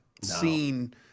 seen